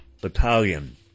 Battalion